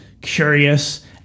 curious